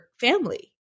family